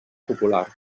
popular